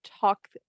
talk